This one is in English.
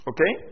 Okay